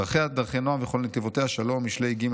"'דרכיה דרכי נעם וכל נתיבותיה שלום' (משלי ג',